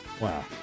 Wow